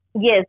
Yes